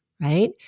right